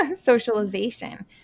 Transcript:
socialization